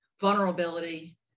vulnerability